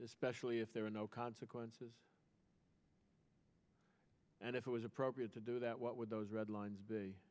especially if there are no consequences and if it was appropriate to do that what would those red lines